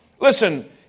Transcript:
Listen